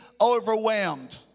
overwhelmed